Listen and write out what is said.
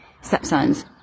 stepson's